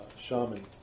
shaman